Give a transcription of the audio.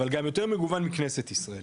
אבל גם יותר מגוון מכנסת ישראל